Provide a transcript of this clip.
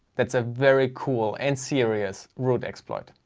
that's a very cool and serious root exploit,